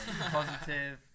positive